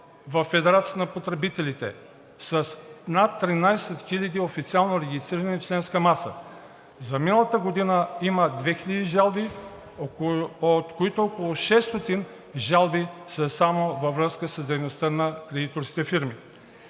във Федерацията на потребителите с над 13 хиляди официално регистрирана членска маса. За миналата година има 2000 жалби, от които около 600 жалби са само във връзка с дейността на кредиторските фирми.